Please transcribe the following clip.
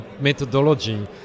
methodology